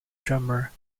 drummer